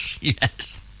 Yes